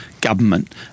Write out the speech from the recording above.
government